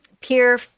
peer